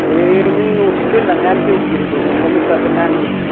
दे नों न'सिम दोनलांबा जौ आरिबो मोनलोंहैफागोनना आंजों